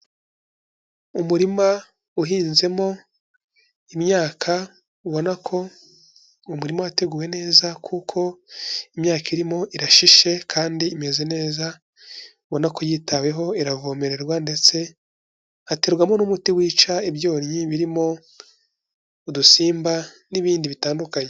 Umurima uhinzemo, imyaka ubona ko, umurima wateguwe neza, kuko imyaka irimo irashishe, kandi imeze neza, ubona ko yitaweho iravomererwa ndetse, haterwamo n'umuti wica ibyonnyi birimo, udusimba n'ibindi bitandukanye.